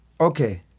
Okay